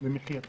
אני מקווה.